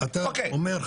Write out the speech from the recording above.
אתה אומר,